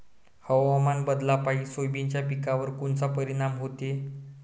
हवामान बदलापायी सोयाबीनच्या पिकावर कोनचा परिणाम होते?